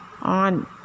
on